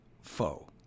foe